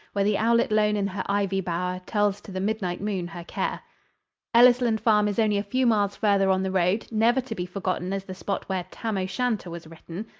where the owlet lone in her ivy bower, tells to the midnight moon her care ellisland farm is only a few miles farther on the road, never to be forgotten as the spot where tam-o'-shanter was written.